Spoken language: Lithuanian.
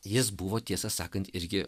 jis buvo tiesą sakant irgi